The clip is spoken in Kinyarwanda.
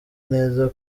neza